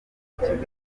ikiganiro